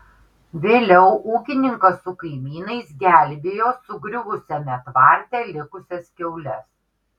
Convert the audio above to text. vėliau ūkininkas su kaimynais gelbėjo sugriuvusiame tvarte likusias kiaules